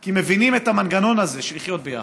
כי מבינים את המנגנון הזה של לחיות ביחד.